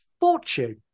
fortune